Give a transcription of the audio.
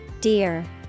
dear